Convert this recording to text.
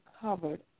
covered